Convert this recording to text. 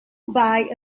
buy